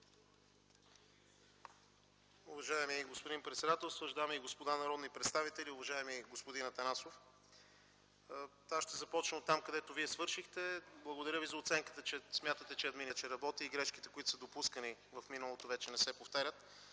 Уважаеми господин председателстващ, дами и господа народни представители, уважаеми господин Атанасов! Ще започна оттам, където Вие свършихте. Благодаря Ви за оценката, че смятате, че администрацията вече работи и грешките, които са допускани в миналото, вече не се повтарят,